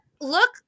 look